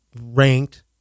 ranked